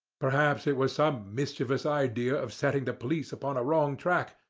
perhaps it was some mischievous idea of setting the police upon a wrong track,